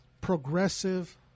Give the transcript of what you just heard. progressive